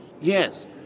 Yes